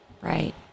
Right